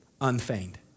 unfeigned